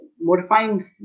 modifying